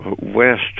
west